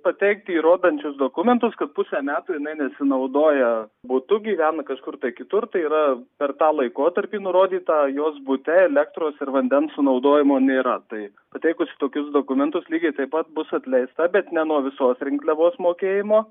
pateikti įrodančius dokumentus kad pusę metų jinai nesinaudoja butu gyvena kažkur kitur tai yra per tą laikotarpį nurodytą jos bute elektros ir vandens sunaudojimo nėra tai pateikus tokius dokumentus lygiai taip pat bus atleista bet ne nuo visos rinkliavos mokėjimo